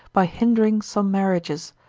by hindering some marriages,